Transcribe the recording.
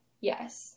yes